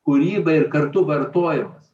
kūryba ir kartu vartojimas